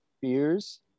Fears